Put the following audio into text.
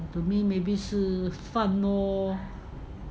to me maybe 是饭 lor